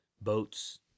boats